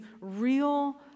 real